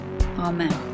Amen